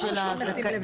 אני גם אומר,